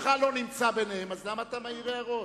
ושמך לא נמצא ביניהם, אז למה אתה מעיר הערות?